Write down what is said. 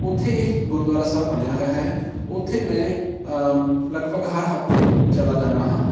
ਉੱਥੇ ਗੁਰਦੁਆਰਾ ਸਾਹਿਬ ਬਣਿਆ ਹੋਇਆ ਹੈ ਉੱਥੇ ਮੈਂ ਲਗਭਗ ਹਰ ਹਫਤੇ ਚਲਾ ਜਾਂਦਾ ਹਾਂ